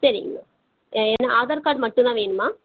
சரிங்க மேம் என்ன ஆதார் கார்ட் மட்டுந்தான் வேணுமா